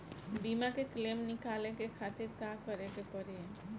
बीमा के क्लेम निकाले के खातिर का करे के पड़ी?